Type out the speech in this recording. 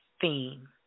theme